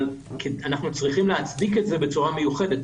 אבל אנחנו צריכים להצדיק את זה בצורה מיוחדת,